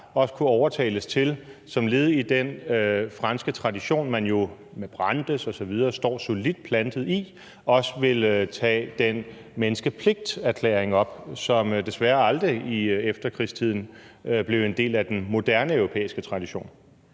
også kunne overtales til – som led i den franske tradition, man jo med Brandes osv. står solidt plantet i – at tage den menneskepligtserklæring op, som desværre aldrig i efterkrigstiden blev en del af den moderne europæiske tradition.